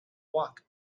walk